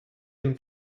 dem